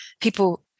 people